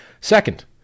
Second